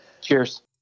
Cheers